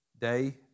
Day